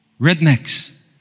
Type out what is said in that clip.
Rednecks